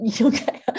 Okay